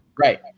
Right